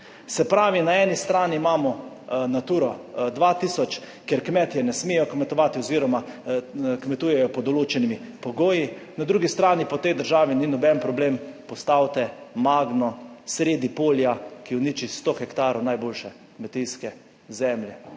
Se pravi, na eni strani imamo Naturo 2000, kjer kmetje ne smejo kmetovati oziroma kmetujejo pod določenimi pogoji, na drugi strani pa tej državi ni noben problem postavite Magno sredi polja, ki uniči sto hektarov najboljše kmetijske zemlje.